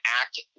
act